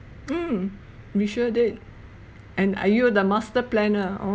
mm we sure did and are you the master planner or